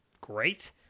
great